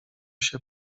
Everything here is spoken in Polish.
się